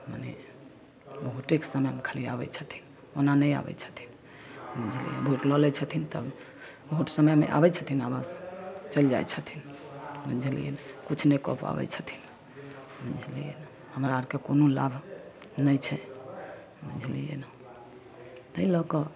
मने भोटेक समय मे खाली आबै छथिन ओना नहि आबै छथिन बुझलियै भोट लऽ लै छथिन तब भोट समयमे आबै छथिन आ बस चलि जाइ छथिन बुझलियै ने किछु नहि कऽ पाबै छथिन बुझलियै ने हमरा आरके कोनो लाभ नहि छै बुझलियै ने ताहि लऽ कऽ